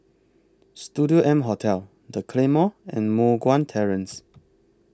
Studio M Hotel The Claymore and Moh Guan Terrace